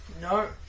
no